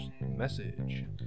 message